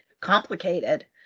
complicated